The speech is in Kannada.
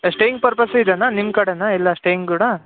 ಸ್ಟೆಯಿಂಗ್ ಪರ್ಪಸು ಇದೇನ ನಿಮ್ಮ ಕಡೇನ ಎಲ್ಲ ಸ್ಟೆಯಿಂಗ್ ಕೂಡ